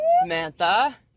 Samantha